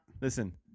Listen